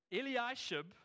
Eliashib